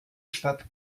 stadt